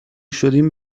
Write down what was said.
شدیم